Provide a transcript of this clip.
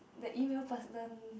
the email person